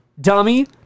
dummy